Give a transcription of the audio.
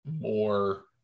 more